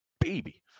baby